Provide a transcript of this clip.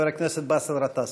חבר הכנסת באסל גטאס.